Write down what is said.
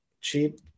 cheap